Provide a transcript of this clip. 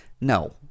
No